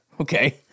Okay